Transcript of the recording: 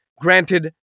granted